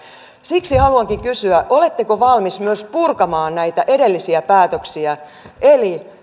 siksi haluankin kysyä oletteko myös valmis purkamaan näitä edellisiä päätöksiä eli